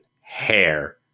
hair